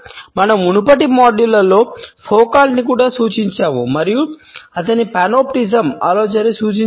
మన మునుపటి మాడ్యూళ్ళలో ఫౌకాల్ట్ను కూడా సూచించాము మరియు అతని పనోప్టిసిజం ఆలోచనను సూచించాము